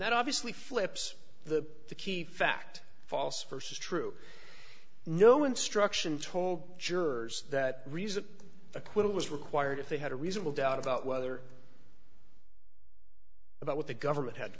that obviously flips the key fact false versus true no instruction told jurors that reason acquittal was required if they had a reasonable doubt about whether about what the government had to